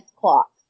clock